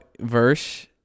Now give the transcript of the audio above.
verse